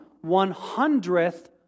one-hundredth